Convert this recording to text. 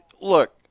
look